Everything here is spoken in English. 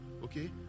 Okay